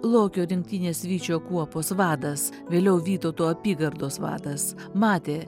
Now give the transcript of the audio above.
lokio rinktinės vyčio kuopos vadas vėliau vytauto apygardos vadas matė